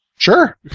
Sure